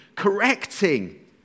correcting